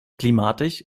klimatisch